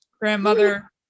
grandmother